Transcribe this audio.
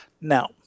Now